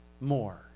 more